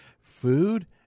food